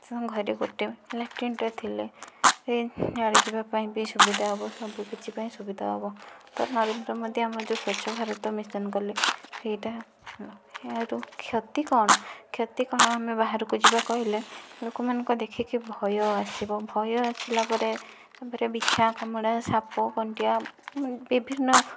ତାଙ୍କ ଘରେ ଗୋଟିଏ ଲାଟ୍ରିନ ଟିଏ ଥିଲେ ସେ ଝାଡ଼ା ଯିବା ପାଇଁ ବି ସୁବିଧା ହେବ ସବୁକିଛି ପାଇଁ ସୁବିଧା ହେବ ତ ନରେନ୍ଦ୍ର ମୋଦି ଆମର ଯେଉଁ ସ୍ୱଚ୍ଛ ଭାରତ ମିଶନ କଲେ ସେଇଟା ଏହାରୁ କ୍ଷତି କ'ଣ କ୍ଷତି କ'ଣ ଆମେ ବାହାରକୁ ଯିବା କହିଲେ ଲୋକମାନଙ୍କ ଦେଖିକି ଭୟ ଆସିବ ଭୟ ଆସିଲା ପରେ ତାପରେ ବିଛା କାମୁଡ଼ା ସାପ କାମୁଡ଼ିବା ବିଭିନ୍ନ